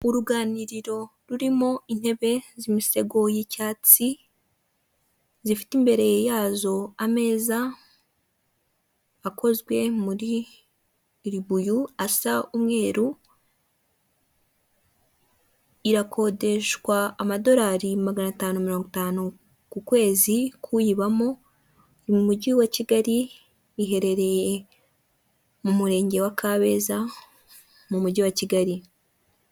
Uruganiriro rurimo intebe z'imisego y'icyatsi gifite imbere yazo ameza akozwe muri ribuyu asa umweru irakodeshwa amadolari magana atanu mirongo itanu ku kwezi kuyibamo mu mujyi wa Kigali biherereye mu murenge wa Kabeza mu mujyi wa Kigali.